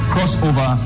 Crossover